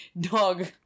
dog